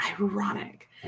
Ironic